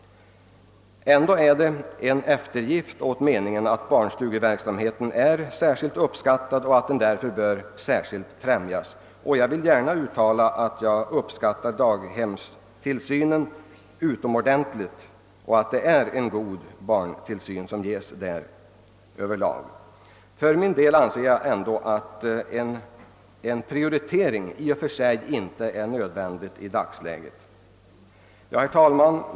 Ändå är det fråga om en eftergift för uppfattningen att barnstugeverksamheten är särskilt uppskattad och att den därför bör främjas. Jag vill gärna uttala att jag uppskattar daghemstillsynen och anser att det över lag är en mycket god barntillsyn som ges där. Dock tycker jag att en prioritering f. n. i och för sig inte är nödvändig i dagsläget. Herr talman!